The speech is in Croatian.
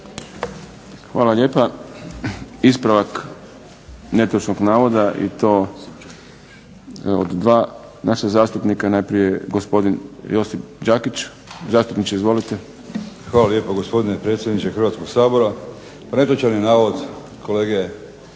Hvala lijepa. Ispravak netočnog navoda i to od dva naša zastupnika. Najprije gospodin Josip Đakić. Zastupniče izvolite. **Đakić, Josip (HDZ)** Hvala lijepo gospodine predsjedniče Hrvatskog sabora. Pa netočan je navod kolege